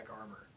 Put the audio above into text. armor